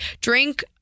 Drink